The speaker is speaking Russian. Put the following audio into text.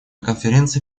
конференции